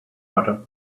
butter